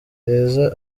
keza